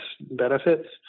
benefits